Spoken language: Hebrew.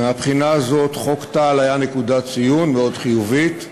מהבחינה הזאת חוק טל היה נקודת ציון מאוד חיובית,